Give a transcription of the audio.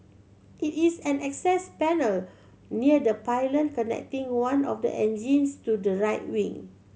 it is an access panel near the pylon connecting one of the engines to the right wing